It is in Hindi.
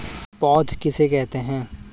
पौध किसे कहते हैं?